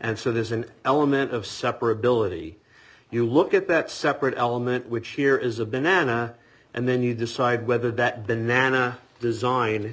and so there's an element of separate billet you look at that separate element which here is a banana and then you decide whether that banana design